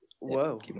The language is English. Whoa